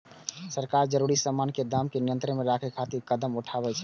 सरकार जरूरी सामान के दाम कें नियंत्रण मे राखै खातिर कदम उठाबै छै